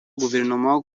guverinoma